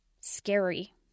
scary